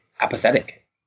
apathetic